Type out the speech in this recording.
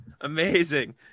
Amazing